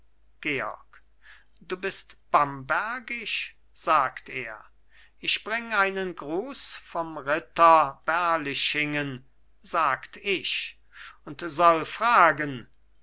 georg du bist bambergisch sagt er ich bring einen gruß vom ritter berlichingen sagt ich und soll fragen